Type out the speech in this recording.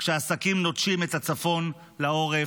כשהעסקים נוטשים אח הצפון לעורף,